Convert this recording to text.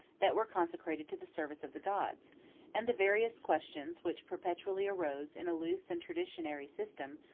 that were consecrated to the service of the gods and the various questions which perpetually arose in a loose and traditionary system,